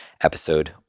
episode